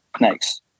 next